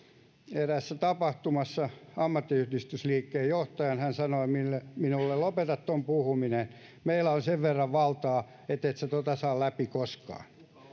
eräässä tapahtumassa ammattiyhdistysliikkeen johtajan hän sanoi minulle lopeta tuon puhuminen meillä on sen verran valtaa ettet sinä saa tuota läpi koskaan